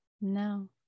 No